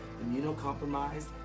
immunocompromised